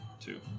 Two